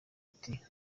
ati